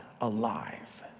alive